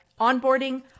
onboarding